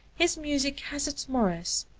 his music has its morass,